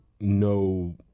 no